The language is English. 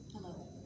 Hello